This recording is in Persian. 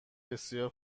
بسیار